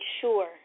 sure